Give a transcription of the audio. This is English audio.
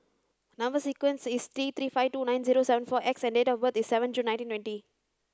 number sequence is T three five two nine zero seven four X and date of birth is seven June nineteen twenty